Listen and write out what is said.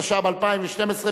התשע"ב 2012,